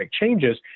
changes